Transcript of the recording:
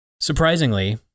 Surprisingly